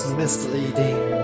misleading